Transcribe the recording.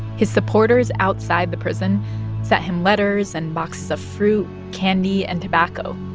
his supporters outside the prison sent him letters and boxes of fruit, candy and tobacco.